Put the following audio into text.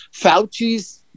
Fauci's